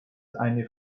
eine